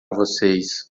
vocês